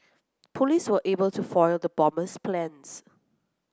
police were able to foil the bomber's plans